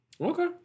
Okay